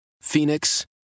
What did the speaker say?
Phoenix